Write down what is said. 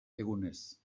egunez